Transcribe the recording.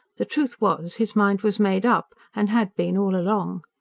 the truth was, his mind was made up and had been, all along.